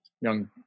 young